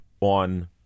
on